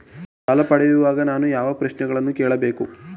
ಸಾಲ ಪಡೆಯುವಾಗ ನಾನು ಯಾವ ಪ್ರಶ್ನೆಗಳನ್ನು ಕೇಳಬೇಕು?